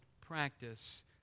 practice